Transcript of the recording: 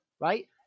Right